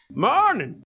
Morning